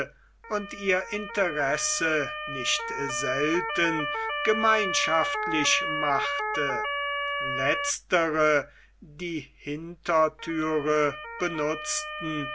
und ihr interesse nicht selten gemeinschaftlich machte letztere die hinterthür benutzten